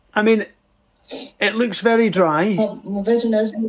i mean it looks very dry, my vision is